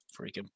freaking